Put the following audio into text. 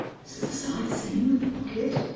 this is the side seam with the pocket.